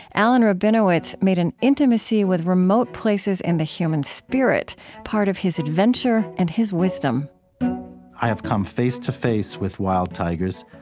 alan rabinowitz made an intimacy with remote places in the human spirit part of his adventure and his wisdom i have come face to face with wild tigers.